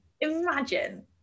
imagine